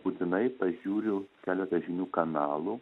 būtinai pažiūriu keletą žinių kanalų